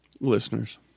listeners